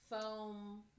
foam